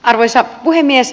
arvoisa puhemies